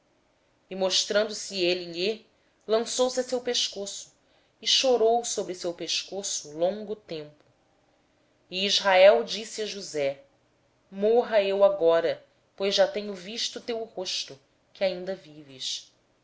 e tendo-se-lhe apresentado lançou-se ao seu pescoço e chorou sobre o seu pescoço longo tempo e israel disse a josé morra eu agora já que tenho visto o teu rosto pois que ainda vives